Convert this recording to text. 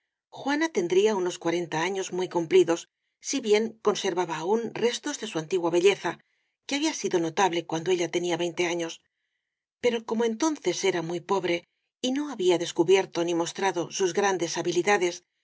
juana tendría unos cua renta años muy cumplidos si bien conservaba aún restos de su antigua belleza que había sido nota ble cuando ella tenía veinte años pero como en tonces era muy pobre y no había descubierto ni mostrado sus grandes habilidades